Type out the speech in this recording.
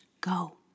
go